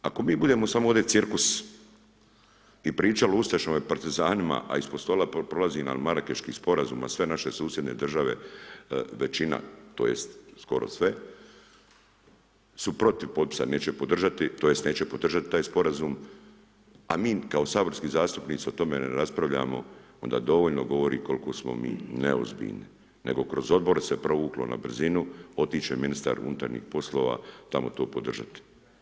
Ako mi budemo samo ovdje cirkus i pričali o ustašama i partizanima a ispod stola prolazi nam Marakeški sporazum a sve naše susjedne države, većina, tj. skoro sve su protiv potpisa, neće podržati tj. neće podržati taj sporazum a mi kao saborski zastupnici o tome ne raspravljamo onda dovoljno govori koliko smo mi neozbiljni nego kroz odbor se provuklo na brzinu, otići će ministar unutarnjih poslova tamo to podržati.